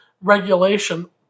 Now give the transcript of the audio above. regulation